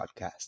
podcast